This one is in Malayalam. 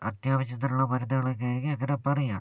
അത്യാവശ്യത്തിനുള്ള മരുന്നുകളൊക്കെ ആയിരിക്കും ഇങ്ങനെ പറയുക